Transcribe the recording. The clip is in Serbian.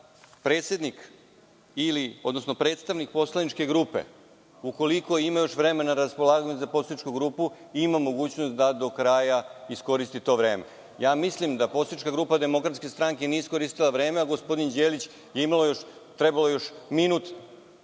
predsednik, odnosno predstavnik poslaničke grupe, ukoliko ima još vremena na raspolaganju za poslaničku grupu, ima mogućnost da do kraja iskoristi to vreme. Mislim da poslanička grupa DS nije iskoristila vreme, gospodin Đelić je treba još minut